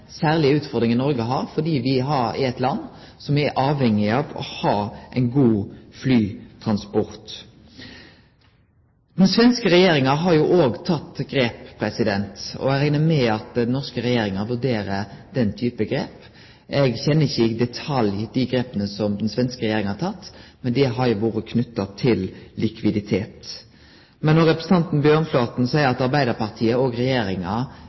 særlege utfordringa Noreg har fordi me er eit land som er avhengig av å ha ein god flytransport. Den svenske regjeringa har teke grep, og eg reknar med at den norske regjeringa vurderer den typen grep. Eg kjenner ikkje i detalj dei grepa som den svenske regjeringa har teke, men dei har vore knytte til likviditet. Når representanten Bjørnflaten seier at Arbeidarpartiet og Regjeringa